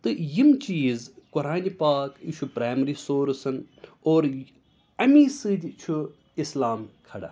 تہٕ یِم چیٖز قۅرانِ پاک یہِ چھُ پِرٛایمری سورٕسَن اور اَمے سۭتۍ چھُ اسلام کھڑا